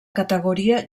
categoria